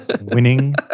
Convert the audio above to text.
Winning